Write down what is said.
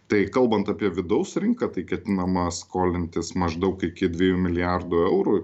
tai kalbant apie vidaus rinką tai ketinama skolintis maždaug iki dviejų milijardų eurų